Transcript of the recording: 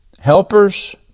helpers